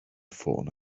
ffôn